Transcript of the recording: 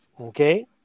Okay